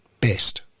best